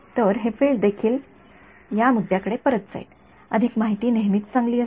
तर हे फील्ड देखील या मुद्द्यांकडे परत जाईल अधिक माहिती नेहमीच चांगली असते